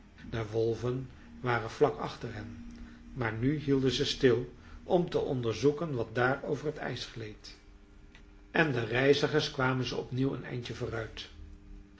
de wolven waren vlak achter hen maar nu hielden ze stil om te onderzoeken wat daar over t ijs gleed en de reizigers kwamen ze opnieuw een eindje vooruit